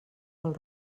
pel